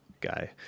guy